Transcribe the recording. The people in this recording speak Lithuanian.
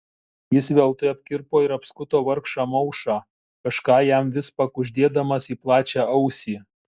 jis veltui apkirpo ir apskuto vargšą maušą kažką jam vis pakuždėdamas į plačią ausį